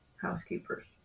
housekeepers